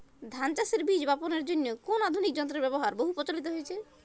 ধান চাষের বীজ বাপনের জন্য কোন আধুনিক যন্ত্রের ব্যাবহার বহু প্রচলিত হয়েছে?